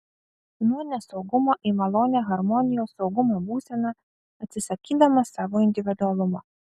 nuo nesaugumo į malonią harmonijos saugumo būseną atsisakydamas savo individualumo